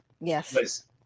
yes